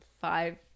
five